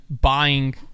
buying